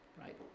Right